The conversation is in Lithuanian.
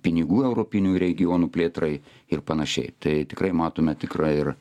pinigų europinių regionų plėtrai ir panašiai tai tikrai matome tikrai ir